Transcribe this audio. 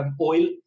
oil